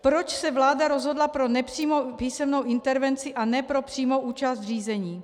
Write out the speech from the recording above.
Proč se vláda rozhodla pro nepřímou písemnou intervenci a ne pro přímou účast v řízení?